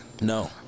No